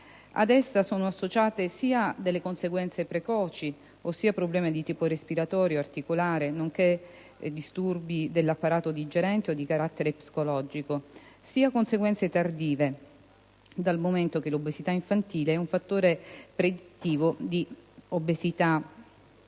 ad essa sono associate sia conseguenze precoci, ossia problemi di tipo respiratorio, articolare, nonché disturbi dell'apparato digerente o di carattere psicologico, sia conseguenze tardive, dal momento che l'obesità infantile è un fattore predittivo di obesità